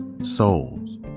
souls